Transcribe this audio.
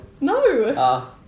No